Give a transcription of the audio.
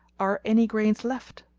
are any grains left?